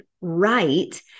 right